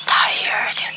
tired